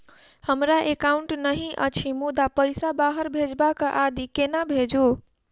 हमरा एकाउन्ट नहि अछि मुदा पैसा बाहर भेजबाक आदि केना भेजू?